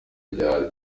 ryari